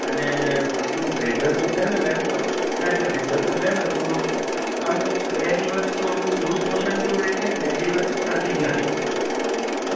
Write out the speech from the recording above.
અને આ પેલું વેધર બદલાયું ને મેમ તો ના એટલે વેધર બદલાયું ને તો આમ બે દિવસ થોડું લૂઝ મોશન જેવું રહે છે અને બે દિવસ થતી જ નથી